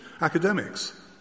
academics